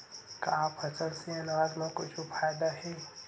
का फसल से आनाज मा कुछु फ़ायदा हे?